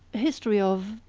history of,